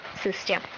system